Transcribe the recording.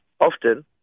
often